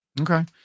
Okay